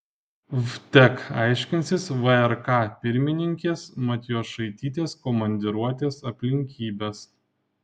vtek aiškinsis vrk pirmininkės matjošaitytės komandiruotės aplinkybes